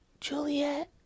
juliet